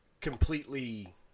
completely